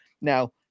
now